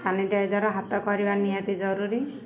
sanitiser ହାତ କରିବା ନିହାତି ଜରୁରୀ